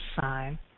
sign